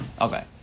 Okay